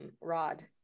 rod